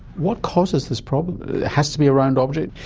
what causes this problem? it has to be a round object?